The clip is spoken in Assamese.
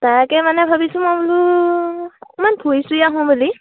তাকে মানে ভাবিছোঁ মই মানে অকমান ফুৰি চুৰি আহোঁ বুলি